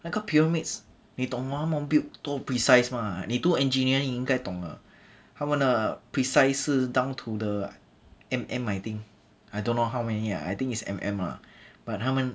那个 pyramids 你懂他们 build 多 precise mah 你读 engineering 你应该懂得他们的 precise 是 down to the M_M I think I don't know how many ah I think is M_M ah but 他们